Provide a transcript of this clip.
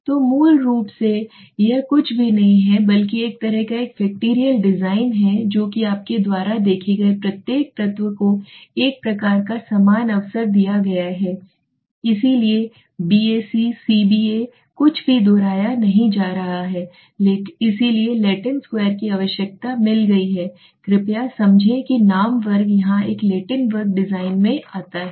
तो मूल रूप से यह कुछ भी नहीं है बल्कि एक तरह का एक फैक्टरियल डिज़ाइन है जो कि आपके द्वारा देखे गए प्रत्येक तत्व को एक प्रकार का समान अवसर दिया गया है इसलिए BAC CBA कुछ भी दोहराया नहीं जा रहा है इसलिए लैटिन स्क्वायर कि आवश्यकता मिल गई है कृपया समझें कि है नाम वर्ग यहाँ एक लैटिन वर्ग डिजाइन में आता है